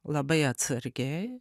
labai atsargiai